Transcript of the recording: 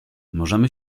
możemy